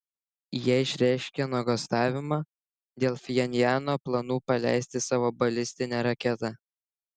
jie išreiškė nuogąstavimą dėl pchenjano planų paleisti savo balistinę raketą